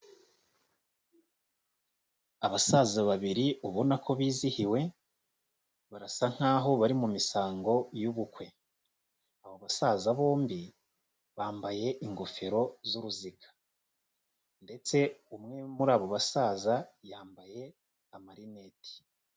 Abasaza babiri ubona ko bizihiwe, barasa nkaho bari mu misango y'ubukwe, abo basaza bombi bambaye ingofero z'uruziga ndetse umwe muri abo basaza yambaye amarinete.